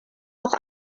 auch